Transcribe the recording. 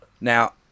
Now